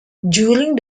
during